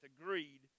agreed